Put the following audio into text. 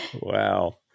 Wow